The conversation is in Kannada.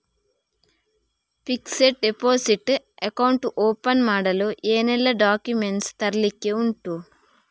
ಫಿಕ್ಸೆಡ್ ಡೆಪೋಸಿಟ್ ಅಕೌಂಟ್ ಓಪನ್ ಮಾಡಲು ಏನೆಲ್ಲಾ ಡಾಕ್ಯುಮೆಂಟ್ಸ್ ತರ್ಲಿಕ್ಕೆ ಉಂಟು?